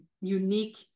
unique